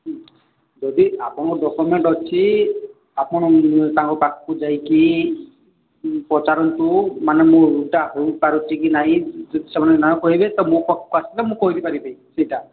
ଯଦି ଆପଣଙ୍କ ଡକୁମେଣ୍ଟ ଅଛି ଆପଣ ତାଙ୍କ ପାଖକୁ ଯାଇକି ପଚାରନ୍ତୁ ମାନେ ମୋର ଏଇଟା ହେଇପାରୁଚି କି ନାଇଁ ଯଦି ସେମାନେ ନାଁ କହିବେ ତ ମୋ ଆସିଲେ ମୁଁ କହି ଦେଇପାରିବି ସେଇଟା